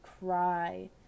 cry